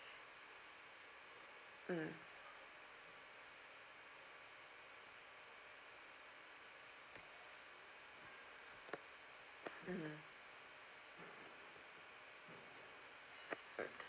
mm mm